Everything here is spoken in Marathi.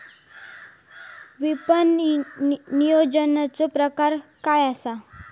विपणन नियोजनाचे प्रकार काय आसत?